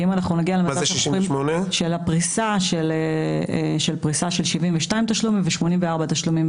של פריסה של 72 תשלומים ו-84 תשלומים.